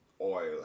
oil